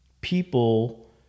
people